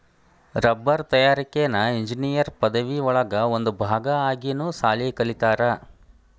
ರಬ್ಬರ ತಯಾರಿಕೆನ ಇಂಜಿನಿಯರ್ ಪದವಿ ಒಳಗ ಒಂದ ಭಾಗಾ ಆಗಿನು ಸಾಲಿ ಕಲಿತಾರ